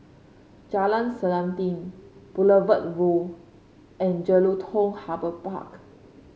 Jalan Selanting Boulevard Vue and Jelutung Harbour Park